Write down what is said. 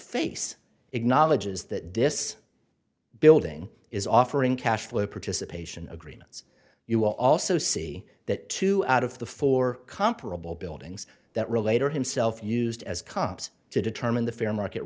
face acknowledges that this building is offering cash flow participation agreements you will also see that two out of the four comparable buildings that relate or himself used as cops to determine the fair market